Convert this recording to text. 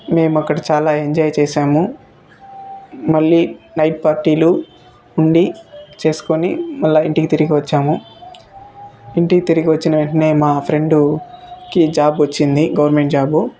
మేమక్కడ చాలా ఎంజాయ్ చేసాము మళ్ళీ నైట్ పార్టీలు ఉండి చేసుకుని మళ్ళా ఇంటికి తిరిగి వచ్చాము ఇంటికి తిరిగి వచ్చిన వెంటనే మా ఫ్రెండుకి జాబ్ వచ్చింది గవర్నమెంట్ జాబు తను